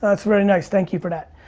that's very nice, thank you for that.